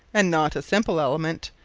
and not a simple element,